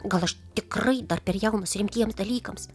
gal aš tikrai dar per jaunas rimtiems dalykams